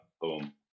boom